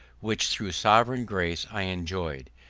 which through sovereign grace i enjoyed,